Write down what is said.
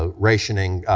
ah rationing,